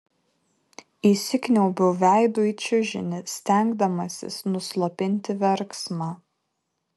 įsikniaubiau veidu į čiužinį stengdamasis nuslopinti verksmą